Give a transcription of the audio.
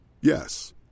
Yes